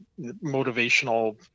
motivational